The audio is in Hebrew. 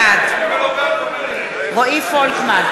בעד רועי פולקמן,